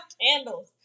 candles